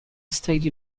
state